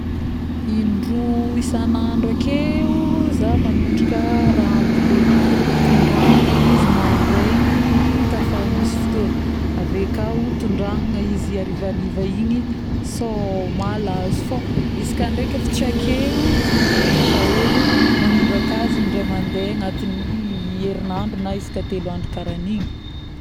In-droa isan'andro akeo zaho magnondraka raha ambolegny, tondrahagna izy mandraigny ka fa misy fôtogny avekao tondrahagna izy arivariva igny sô malazo fô izy, ka ndraiky tsy akeo tsy maintsy magnasa ôlo magnondraka azy indray mandeha agnatign'ny herinandro na isaka-telo andro karaha igny